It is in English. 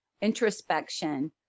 introspection